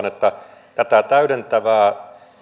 että tätä täydentävää